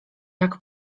jak